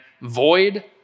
void